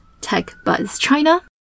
TechBuzzChina